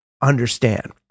understand